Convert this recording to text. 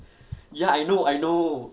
ya I know I know